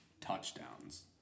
touchdowns